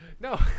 No